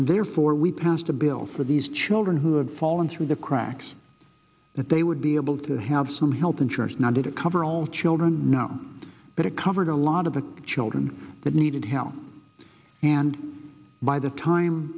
and therefore we passed a bill for these children who had fallen through the cracks that they would be able to have some health insurance not to cover all children now but it covered a lot of the children that needed help and by the time